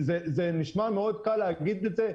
ותיצרו פה כאוס ואפליה לא הגיונית.